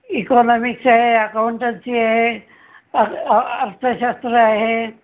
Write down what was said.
economics आहे अकाऊंटची आहे अ अ अर्थशास्त्र आहे